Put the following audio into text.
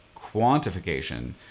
quantification